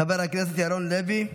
חבר הכנסת ירון לוי,